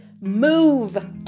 move